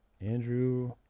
Andrew